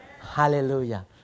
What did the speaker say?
Hallelujah